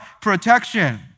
Protection